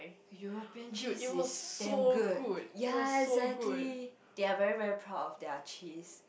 European cheese is damn good ya exactly they're very very proud of their cheese